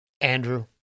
Andrew